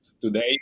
today